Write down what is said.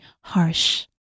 harsh